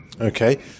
okay